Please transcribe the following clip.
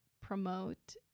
promote